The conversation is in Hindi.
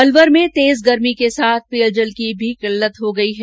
अलवर में तेज गर्मी के साथ पेयजल की भी किल्लत हो गई है